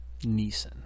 Neeson